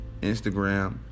Instagram